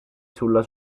sulla